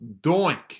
doink